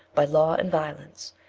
by law and violence,